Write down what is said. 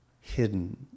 hidden